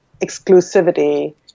exclusivity